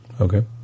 Okay